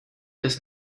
bis